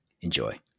Enjoy